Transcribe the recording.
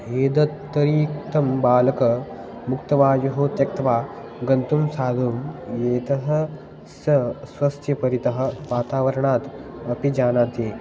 एतदतिरिक्तं बालकः मुक्तवायुं त्यक्त्वा गन्तुं साधुम् एतः सः स्वस्य परितः वातावरणात् अपि जानाति